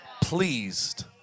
Pleased